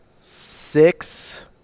Six